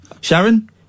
Sharon